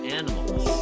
animals